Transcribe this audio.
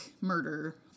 murder